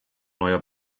neuer